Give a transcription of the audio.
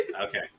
Okay